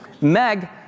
Meg